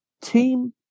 team